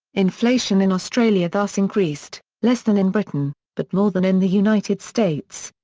inflation in australia thus increased, less than in britain, but more than in the united states.